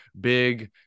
big